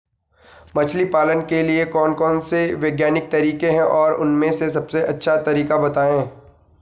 मछली पालन के लिए कौन कौन से वैज्ञानिक तरीके हैं और उन में से सबसे अच्छा तरीका बतायें?